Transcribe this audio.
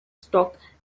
stock